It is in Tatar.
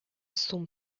сум